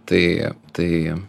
tai tai